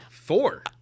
Four